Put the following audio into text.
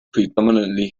predominantly